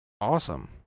Awesome